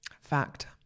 Fact